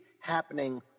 happening